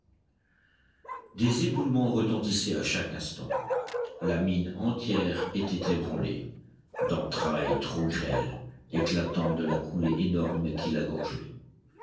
des éboulements retentissaient à chaque instant la mine entière était ébranlée d'entrailles trop grêles éclatant de la coulée énorme qui